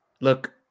Look